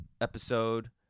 episode